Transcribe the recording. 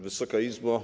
Wysoka Izbo!